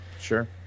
Sure